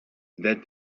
that